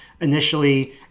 initially